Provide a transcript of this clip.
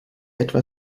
etwa